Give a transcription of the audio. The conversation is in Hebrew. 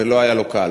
זה לא היה לו קל,